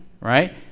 right